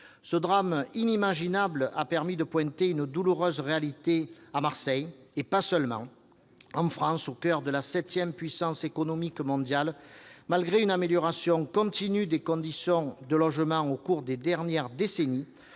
Ce drame inimaginable a permis de pointer une douloureuse réalité à Marseille, mais pas seulement. En France, au coeur de la septième puissance économique mondiale, malgré une amélioration continue des conditions de logement au cours des dernières décennies,